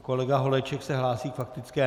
Kolega Holeček se hlásí k faktické?